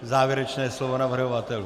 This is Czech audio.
Závěrečné slovo navrhovatelů.